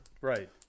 Right